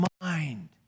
mind